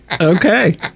Okay